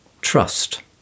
trust